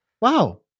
wow